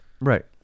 Right